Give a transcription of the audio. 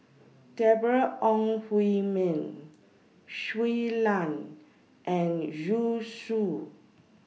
Deborah Ong Hui Min Shui Lan and Zhu Xu